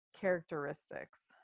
characteristics